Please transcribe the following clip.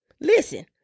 Listen